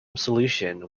solution